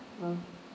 well